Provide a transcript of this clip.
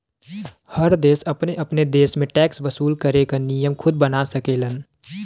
हर देश अपने अपने देश में टैक्स वसूल करे क नियम खुद बना सकेलन